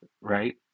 Right